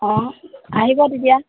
অঁ আহিব তেতিয়া